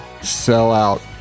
Sellout